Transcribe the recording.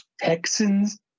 Texans